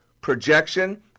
Projection